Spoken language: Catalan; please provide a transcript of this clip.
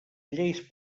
lleis